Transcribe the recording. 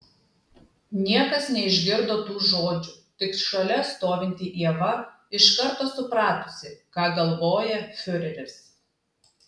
niekas neišgirdo tų žodžių tik šalia stovinti ieva iš karto supratusi ką galvoja fiureris